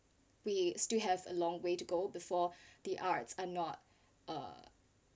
we still have a long way to go before the arts are not uh